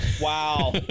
Wow